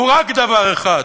הוא רק דבר אחד,